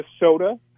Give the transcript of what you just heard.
Minnesota